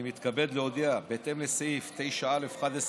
אני מתכבד להודיע, בהתאם לסעיף 9(א)(11)